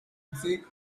thick